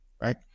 right